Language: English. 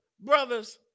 Brothers